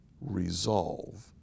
resolve